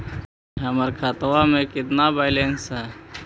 हमर खतबा में केतना बैलेंस हई?